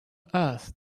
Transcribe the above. earth